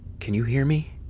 can you hear me?